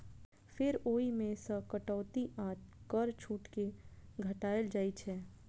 फेर ओइ मे सं कटौती आ कर छूट कें घटाएल जाइ छै